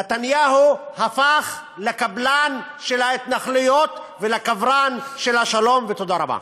נתניהו הפך לקבלן של ההתנחלויות ולקברן של השלום ותודה רבה.